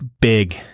big